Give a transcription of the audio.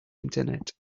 internet